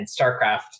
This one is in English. StarCraft